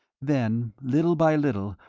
then, little by little,